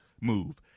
move